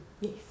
Yes